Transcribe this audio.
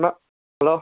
Anna hello